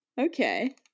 Okay